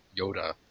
Yoda